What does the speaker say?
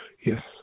Yes